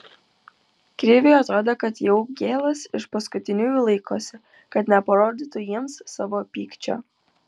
kriviui atrodė kad jaugėlas iš paskutiniųjų laikosi kad neparodytų jiems savo pykčio